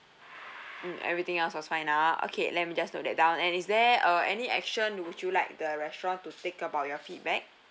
mm everything else was fine ah okay let me just note that down and is there uh any action would you like the restaurant to take about your feedback